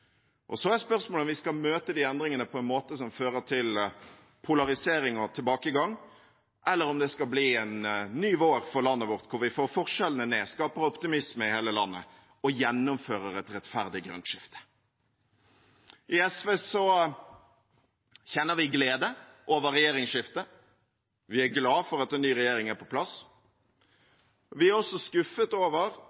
Så er spørsmålet om vi skal møte de endringene på en måte som fører til polarisering og tilbakegang, eller om det skal bli en ny vår for landet vårt, der vi får forskjellene ned, skaper optimisme i hele landet og gjennomfører et rettferdig grønt skifte. I SV kjenner vi glede over regjeringsskiftet. Vi er glade for at en ny regjering er på plass.